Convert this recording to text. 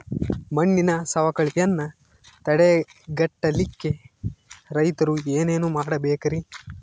ಮಣ್ಣಿನ ಸವಕಳಿಯನ್ನ ತಡೆಗಟ್ಟಲಿಕ್ಕೆ ರೈತರು ಏನೇನು ಮಾಡಬೇಕರಿ?